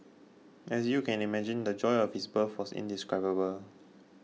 as you can imagine the joy of his birth was indescribable